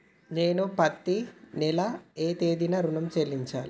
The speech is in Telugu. నేను పత్తి నెల ఏ తేదీనా ఋణం చెల్లించాలి?